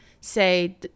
say